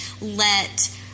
let